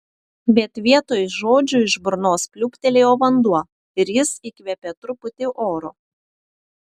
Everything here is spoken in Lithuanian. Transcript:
bet vietoj žodžių iš burnos pliūptelėjo vanduo ir jis įkvėpė truputį oro